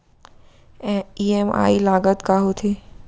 EMI लागत का होथे?